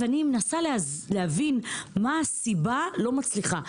אני מנסה להבין מה הסיבה ולא מצליחה.